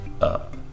up